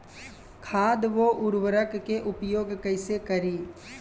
खाद व उर्वरक के उपयोग कइसे करी?